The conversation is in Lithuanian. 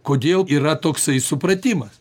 kodėl yra toksai supratimas